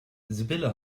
sibylle